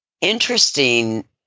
Interesting